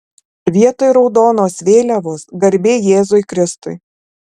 vietoj raudonos vėliavos garbė jėzui kristui